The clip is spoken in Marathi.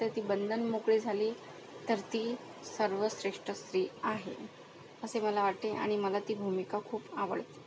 तर ती बंधन मोकळी झाली तर ती सर्वश्रेष्ठ स्त्री आहे असे मला वाटते आणि मला ती भूमिका खूप आवडते